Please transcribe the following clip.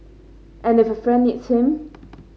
and if a friend needs him